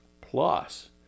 plus